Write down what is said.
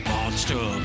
Monster